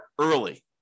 early